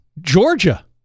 Georgia